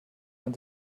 man